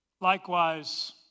Likewise